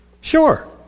Sure